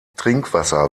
trinkwasser